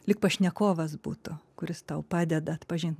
lyg pašnekovas būtų kuris tau padeda atpažint